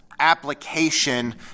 application